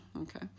Okay